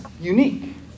unique